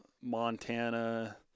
Montana